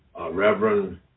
Reverend